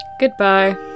Goodbye